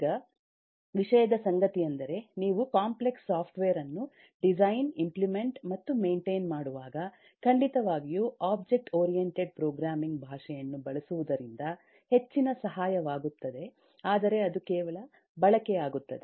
ಈಗ ವಿಷಯದ ಸಂಗತಿಯೆಂದರೆ ನೀವು ಕಾಂಪ್ಲೆಕ್ಸ್ ಸಾಫ್ಟ್ವೇರ್ ಅನ್ನು ಡಿಸೈನ್ ಇಂಪ್ಲಿಮೆಂಟ್ ಮತ್ತು ಮೈನ್ಟೈನ್ ಮಾಡುವಾಗ ಖಂಡಿತವಾಗಿಯೂ ಒಬ್ಜೆಕ್ಟ್ ಓರಿಯಂಟೆಡ್ ಪ್ರೋಗ್ರಾಮಿಂಗ್ ಭಾಷೆಯನ್ನು ಬಳಸುವುದರಿಂದ ಹೆಚ್ಚಿನ ಸಹಾಯವಾಗುತ್ತದೆ ಆದರೆ ಅದು ಕೇವಲ ಬಳಕೆಯಾಗುತ್ತದೆ